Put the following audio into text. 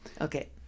Okay